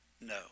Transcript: No